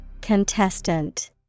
Contestant